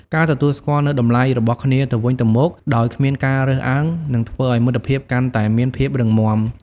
ការទទួលស្គាល់នូវតម្លៃរបស់គ្នាទៅវិញទៅមកដោយគ្មានការរើសអើងនឹងធ្វើឲ្យមិត្តភាពកាន់តែមានភាពរឹងមាំ។